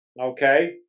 Okay